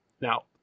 Now